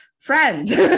Friend